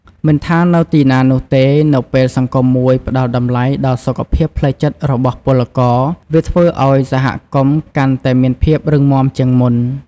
មិនថានៅទីណានោះទេ នៅពេលសង្គមមួយផ្តល់តម្លៃដល់សុខភាពផ្លូវចិត្តរបស់ពលករ វាធ្វើឱ្យសហគមន៍កាន់តែមានភាពរឹងមាំជាងមុន។